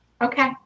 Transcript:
Okay